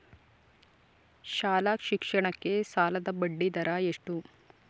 ಶಾಲಾ ಶಿಕ್ಷಣಕ್ಕೆ ಸಾಲದ ಬಡ್ಡಿದರ ಎಷ್ಟು?